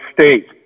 State